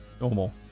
Normal